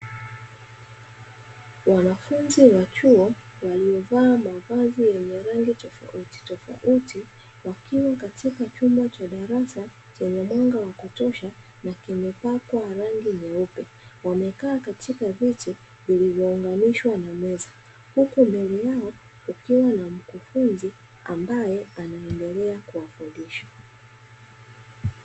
Wanafunzi wa chuo, waliovaa mavazi yenye rangi tofautitofauti, wakiwa katika chumba cha darasa chenye mwanga wa kutosha na kimepakwa rangi nyeupe. Wamekaa katika viti vilivyounganiswa na meza, huku mbele yao kukiwa na mkufunzi ambaye anaendelea kuwafundisha.